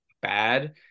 bad